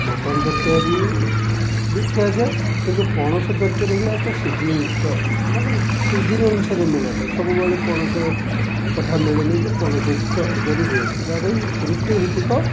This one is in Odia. ମଟନ ତରକାରୀ ବି ଖିଆଯାଏ କିନ୍ତୁ ପଣସ ତରକାରୀ ହେଲା ଏକ ସିଜିନ୍ ମାନେ ସିଜିନ୍ ଅନୁସାରେ ମିଳିବାଟା ସବୁବେଳେ ପଣସ କଠା ମିଳେନି କି ପଣସ ତରକାରୀ ହୁଏନି ଏଟା ଗୋଟେ ଋତୁଭିତ୍ତିକ